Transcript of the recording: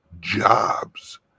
jobs